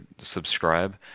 subscribe